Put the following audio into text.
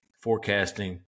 forecasting